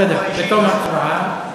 בסדר, בתום ההצבעה.